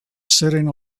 sitting